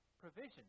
provision